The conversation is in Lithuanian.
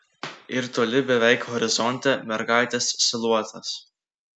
ir toli beveik horizonte mergaitės siluetas